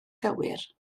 gywir